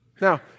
Now